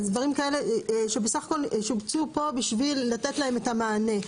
אז דברים כאלה שבסך הכול שובצו פה כדי לתת להם את המענה.